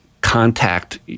Contact